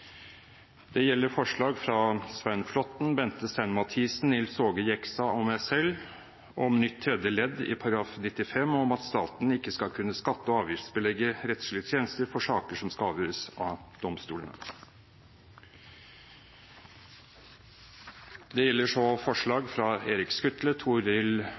Det gjelder grunnlovsforslag fra representantene Svein Flåtten, Bente Stein Mathisen, Nils Aage Jegstad og meg selv om nytt tredje ledd i § 95, om at staten ikke skal kunne skatt- og avgiftsbelegge rettslige tjenester for saker som skal avgjøres av domstolene. Det gjelder så grunnlovsforslag fra representantene Erik Skutle,